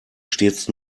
stets